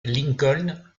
lincoln